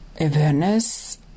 awareness